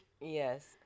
Yes